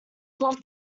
love